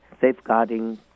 safeguarding